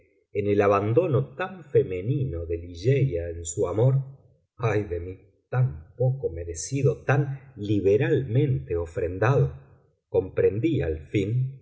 en el abandono tan femenino de ligeia en su amor ay de mí tan poco merecido tan liberalmente ofrendado comprendí al fin